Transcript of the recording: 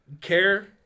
care